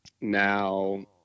now